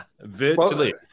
Virtually